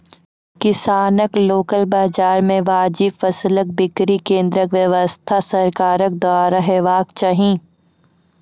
किसानक लोकल बाजार मे वाजिब फसलक बिक्री केन्द्रक व्यवस्था सरकारक द्वारा हेवाक चाही?